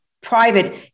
private